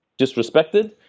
disrespected